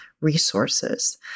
resources